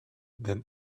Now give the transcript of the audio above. than